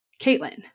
Caitlin